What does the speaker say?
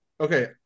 Okay